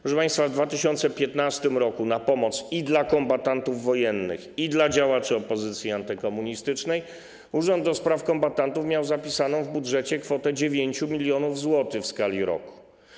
Proszę państwa, w 2015 r. na pomoc i dla kombatantów wojennych, i dla działaczy opozycji antykomunistycznej urząd do spraw kombatantów miał zapisaną w budżecie kwotę 9 mln zł w skali roku.